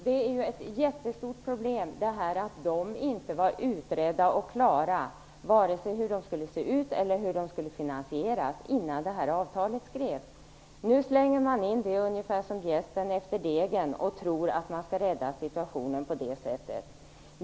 Det är ett jättestort problem att de inte var utredda och klara, vare sig i fråga om hur de skulle se ut eller hur de skulle finansieras, innan det här avtalet skrevs. Nu slänger man in detta ungefär som jästen efter degen och tror att man skall rädda situationen på det sättet.